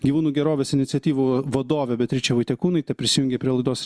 gyvūnų gerovės iniciatyvų vadovė beatričė vaitiekūnaitė prisijungė prie laidos